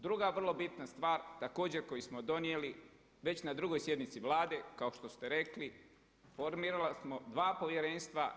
Druga vrlo bitna stvar također koju smo donijeli već na drugoj sjednici Vlade kao što ste rekli, formirali smo dva povjerenstva.